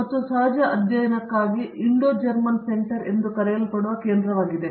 ಮತ್ತು ಸಹಜ ಅಧ್ಯಯನಕ್ಕಾಗಿ ಇಂಡೋ ಜರ್ಮನ್ ಸೆಂಟರ್ ಎಂದು ಕರೆಯಲ್ಪಡುವ ಕೇಂದ್ರವಾಗಿದೆ